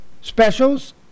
specials